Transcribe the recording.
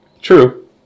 True